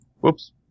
Whoops